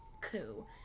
coup